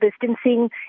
distancing